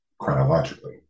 chronologically